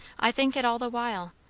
i think it all the while.